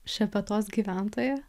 šepetos gyventoja